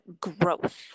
growth